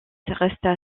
resta